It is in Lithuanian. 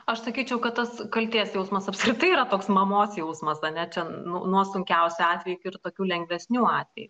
aš sakyčiau kad tas kaltės jausmas apskritai yra toks mamos jausmas ane nu nuo sunkiausių atvejų iki ir tokių lengvesnių atvejų